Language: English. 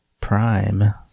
Prime